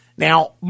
Now